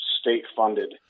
state-funded